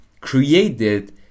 created